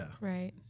Right